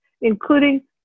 including